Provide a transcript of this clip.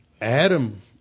Adam